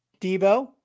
Debo